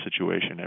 situation